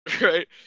right